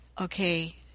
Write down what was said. okay